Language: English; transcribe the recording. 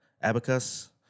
Abacus